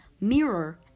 Mirror